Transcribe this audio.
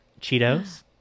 Cheetos